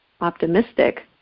optimistic